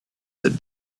that